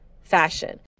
fashion